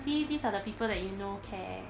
see these are the people that you know care